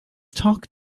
talk